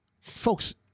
folks